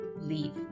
leave